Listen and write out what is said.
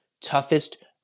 toughest